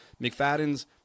McFadden's